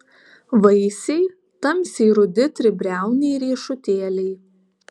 vaisiai tamsiai rudi tribriauniai riešutėliai